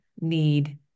need